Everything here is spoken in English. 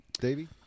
Davey